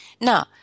Now